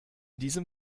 diesem